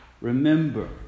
remember